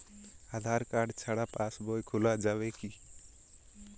আধার card ছাড়া পাশবই খোলা যাবে কি?